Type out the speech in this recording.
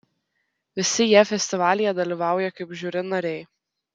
visi jie festivalyje dalyvauja kaip žiuri nariai